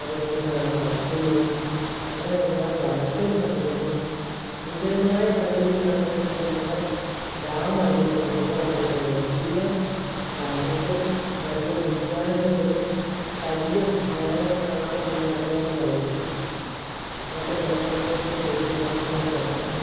അതുപോലെതന്നെ വെള്ളം വറ്റുന്നു അങ്ങനെ ഒരുപാട് വരൾച്ചകൾ സംഭവിക്കുന്നു സുന്ദരമായ പ്രകൃതിയിൽ നിറഞ്ഞു നിൽക്കേണ്ട നമ്മുടെ ഡാം ആയിക്കോട്ടെ തോടായിക്കോട്ടെ എല്ലാം വരണ്ട് വെള്ളമൊന്നും ഇല്ലാണ്ട് വെറും കല്ലും മരങ്ങളൊക്കെ മാത്രം വന്നു കിടക്കുന്നപോലെ ആയിരിക്കുന്നു അതൊക്കെ ജലമലിനീകരണത്തിന്റെ വലിയൊരു പ്രശ്നം തന്നെയാണ്